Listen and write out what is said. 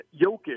Jokic